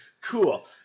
Cool